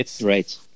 Right